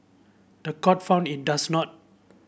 the court found in does not